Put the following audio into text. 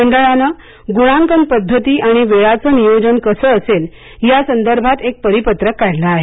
मंडळाने गुणांकन पद्धती आणि वेळाचं नियोजन कसं असेल या संदर्भात एक परिपत्रक काढलं आहे